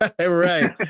Right